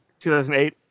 2008